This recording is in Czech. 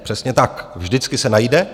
Přesně tak vždycky se najde.